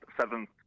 seventh